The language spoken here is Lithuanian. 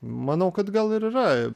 manau kad gal ir yra